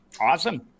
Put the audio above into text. awesome